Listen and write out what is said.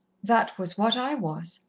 that was what i was.